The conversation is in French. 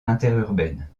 interurbaine